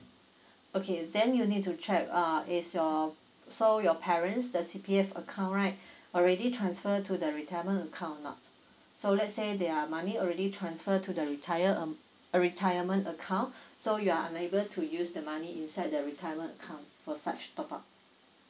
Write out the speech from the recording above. okay then you need to check uh is your so your parents the C_P_F account right already transfer to the retirement account or not so let's say their money already transfer to the retired a retirement account so you are unable to use the money inside the retirement account for such top up